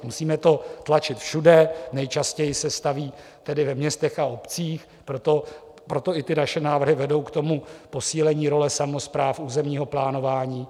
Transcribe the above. Musíme to tlačit všude, nejčastěji se staví ve městech a obcích, proto i ty naše návrhy vedou k posílení role samospráv, územního plánování.